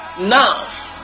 Now